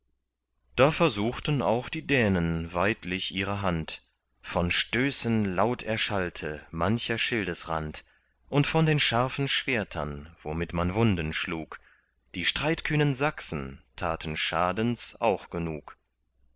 da versuchten auch die dänen weidlich ihre hand von stößen laut erschallte mancher schildesrand und von den scharfen schwertern womit man wunden schlug die streitkühnen sachsen taten schadens auch genug